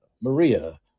Maria